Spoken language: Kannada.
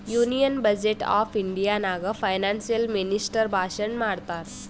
ಯೂನಿಯನ್ ಬಜೆಟ್ ಆಫ್ ಇಂಡಿಯಾ ನಾಗ್ ಫೈನಾನ್ಸಿಯಲ್ ಮಿನಿಸ್ಟರ್ ಭಾಷಣ್ ಮಾಡ್ತಾರ್